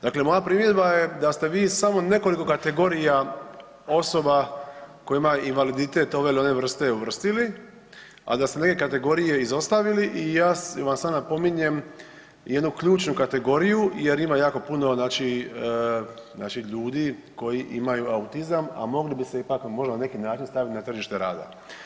Dakle, moja primjedba je da ste vi samo nekoliko kategorija osoba koje imaju invaliditet ove ili one vrste uvrstili, ali da ste neke kategorije izostavili i ja vam samo napominjem jednu ključnu kategoriju jer ima jako puno naših ljudi koji imaju autizam, a mogli bi se ipak na neki način staviti na tržište rada.